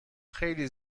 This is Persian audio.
خیلی